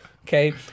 Okay